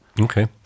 Okay